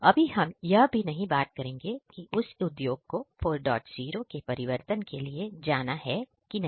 अभी हम यह भी नहीं बात करेंगे कि इस उद्योग को 40 के परिवर्तन के लिए जाना है कि नहीं